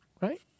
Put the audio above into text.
right